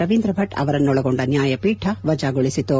ರವೀಂದ್ರ ಭಟ್ ಅವರನ್ನು ಒಳಗೊಂಡ ನ್ಯಾಯಪೀಠ ವಜಾಗೊಳಿಸಿತು